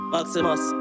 Maximus